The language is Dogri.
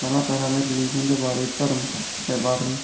तरह तरह दे रलीज़न दे बारै ई धर्म दे बारै ई